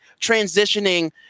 transitioning